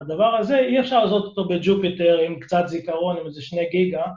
הדבר הזה, אי אפשר לעשות אותו בג'ופיטר עם קצת זיכרון, עם איזה שני גיגה.